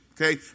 Okay